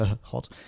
Hot